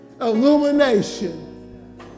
illumination